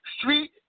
Street